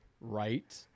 right